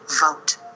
Vote